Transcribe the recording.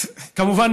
כמובן,